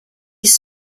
his